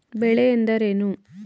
ಬೆಳೆ ಎಂದರೇನು?